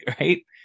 right